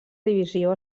divisió